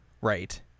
right